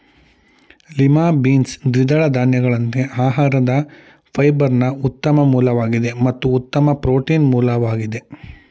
lima beans ದ್ವಿದಳ ಧಾನ್ಯಗಳಂತೆ ಆಹಾರದ ಫೈಬರ್ನ ಉತ್ತಮ ಮೂಲವಾಗಿದೆ ಮತ್ತು ಉತ್ತಮ ಪ್ರೋಟೀನ್ ಮೂಲವಾಗಯ್ತೆ